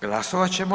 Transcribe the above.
Glasovat ćemo.